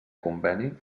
conveni